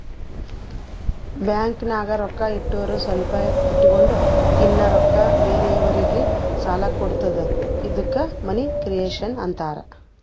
ಬ್ಯಾಂಕ್ನಾಗ್ ರೊಕ್ಕಾ ಇಟ್ಟುರ್ ಸ್ವಲ್ಪ ಇಟ್ಗೊಂಡ್ ಇನ್ನಾ ರೊಕ್ಕಾ ಬೇರೆಯವ್ರಿಗಿ ಸಾಲ ಕೊಡ್ತುದ ಇದ್ದುಕ್ ಮನಿ ಕ್ರಿಯೇಷನ್ ಆಂತಾರ್